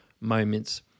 moments